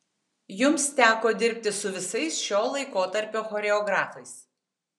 jums teko dirbti su visais šio laikotarpio choreografais